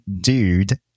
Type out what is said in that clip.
dude